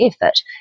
effort